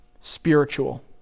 spiritual